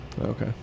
Okay